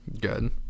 Good